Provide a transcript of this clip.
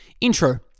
Intro